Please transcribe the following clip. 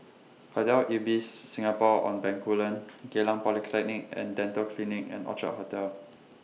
Hotel Ibis Singapore on Bencoolen Geylang Polyclinic and Dental Clinic and Orchard Hotel